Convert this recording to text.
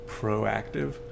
proactive